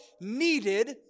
needed